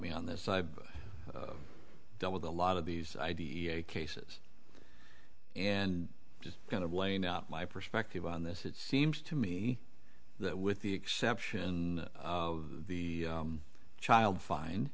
me on this i've dealt with a lot of these cases and just kind of laying out my perspective on this it seems to me that with the exception of the child fin